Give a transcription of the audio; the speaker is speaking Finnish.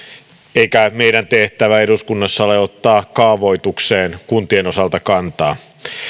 eikä meidän tehtävämme eduskunnassa ole ottaa kaavoitukseen kuntien osalta kantaa